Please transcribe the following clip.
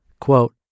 Quote